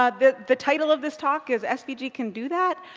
ah the the title of this talk is svg can do that?